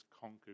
conquered